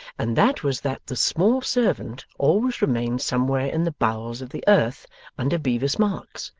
and that was that the small servant always remained somewhere in the bowels of the earth under bevis marks,